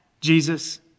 Jesus